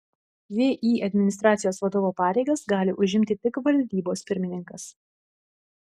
vį administracijos vadovo pareigas gali užimti tik valdybos pirmininkas